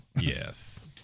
Yes